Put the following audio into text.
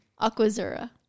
aquazura